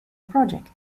project